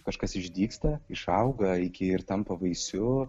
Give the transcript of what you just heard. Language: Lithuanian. kažkas išdygsta išauga iki ir tampa vaisiu